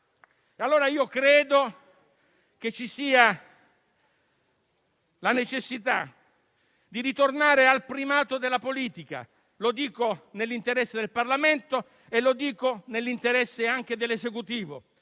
Credo che ci sia la necessità di ritornare al primato della politica, lo dico nell'interesse del Parlamento e lo dico anche nell'interesse dell'Esecutivo.